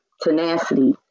tenacity